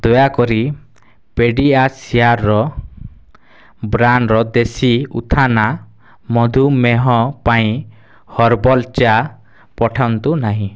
ଦୟାକରି ପେଡ଼ିଆସିଓରର ବ୍ରାଣ୍ଡ୍ର ଦେଶୀ ଉତ୍ଥାନା ମଧୁମେହ ପାଇଁ ହର୍ବାଲ୍ ଚା ପଠାନ୍ତୁ ନାହିଁ